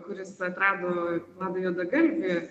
kuris atrado vladą juodagalvį